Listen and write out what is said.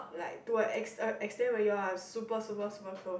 like to a ex~ extent where you are super super super close